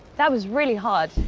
that was really hard.